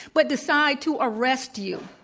but decide to arrest you,